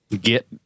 get